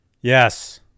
Yes